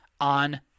on